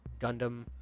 Gundam